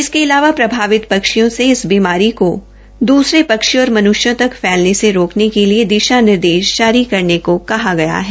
इसके अलावा प्रभावित पक्षियों से इन बीमारी को द्सरे पक्षियों और मन्ष्यों तक फैलने से रोकने के लिए दिशा निर्देश जारी करने को भी कहा गया है